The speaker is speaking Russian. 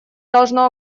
должно